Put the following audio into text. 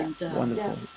Wonderful